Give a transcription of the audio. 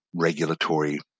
regulatory